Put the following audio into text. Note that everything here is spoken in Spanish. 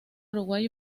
uruguay